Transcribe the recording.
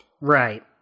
right